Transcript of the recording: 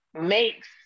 makes